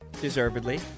Deservedly